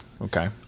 Okay